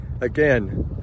again